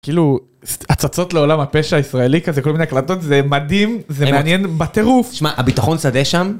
כאילו הצצות לעולם הפשע הישראלי כזה, כל מיני הקלטות, זה מדהים, זה מעניין בטירוף. שמע, הביטחון שדה שם?